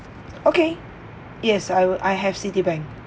okay yes I will I have citibank